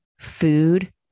food